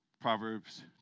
Proverbs